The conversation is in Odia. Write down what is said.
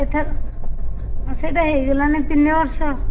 ଏଥର ସେଇଟା ହେଇଗଲାଣି ତିନି ବର୍ଷ